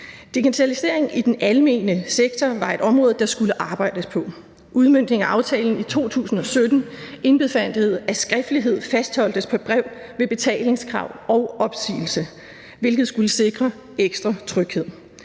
Digitalisering i den almene sektor var et område, der skulle arbejdes på. Udmøntningen af aftalen i 2017 indbefattede, at skriftlighed pr. brev skulle fastholdes ved betalingskrav og opsigelse, hvilket skulle sikre ekstra tryghed.